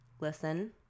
listen